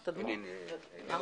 תתייחס.